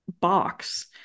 box